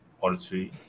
poetry